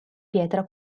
pietra